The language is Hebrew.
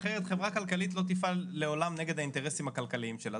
אחרת חברה כלכלית לא תפעל לעולם נגד האינטרסים הכלכליים שלה.